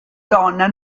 donna